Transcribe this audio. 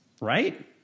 right